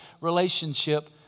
relationship